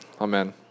Amen